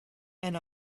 and